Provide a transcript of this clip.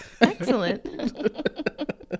Excellent